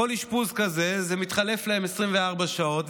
כל אשפוז כזה זה מתחלף להם ל-24 שעות,